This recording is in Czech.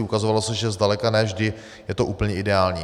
Ukazovalo se, že zdaleka ne vždy je to úplně ideální.